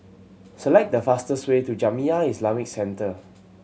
select the fastest way to Jamiyah Islamic Centre